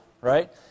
right